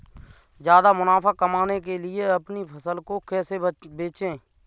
ज्यादा मुनाफा कमाने के लिए अपनी फसल को कैसे बेचें?